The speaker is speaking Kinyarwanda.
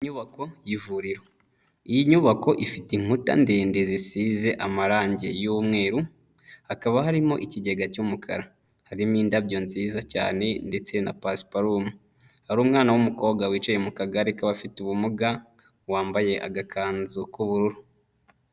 Inyubako y'ivuriro, iyi nyubako ifite inkuta ndende zisize amarangi y'umweru hakaba harimo ikigega cy'umukara, harimo indabyo nziza cyane ndetse na pasiparumu, hari umwana w'umukobwa wicaye mu kagare k'abafite ubumuga wambaye agakanzu k'ubururu.